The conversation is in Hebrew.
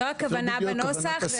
זוהי הכוונה בנוסח.